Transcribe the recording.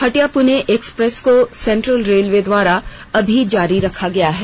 Hatia Pune express को central railway द्वारा अभी जारी रखा गया है